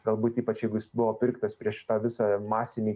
galbūt ypač jeigu jis buvo pirktas prieš tą visą masinį